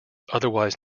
otherwise